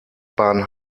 bahn